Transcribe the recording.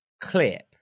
clip